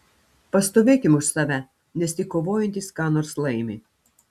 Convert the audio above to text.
pastovėkim už save nes tik kovojantys ką nors laimi